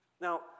Now